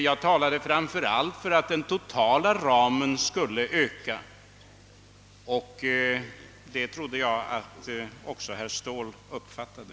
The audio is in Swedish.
Jag talade framför allt för att den totala ramen skulle ökas, och det trodde jag att även herr Ståhl uppfattade.